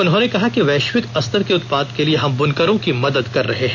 उन्होंने कहा कि वैश्विक स्तर के उत्पाद के लिए हम ब्नकरों की मदद कर रहे हैं